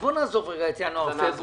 בוא נעזוב רגע את ינואר-פברואר.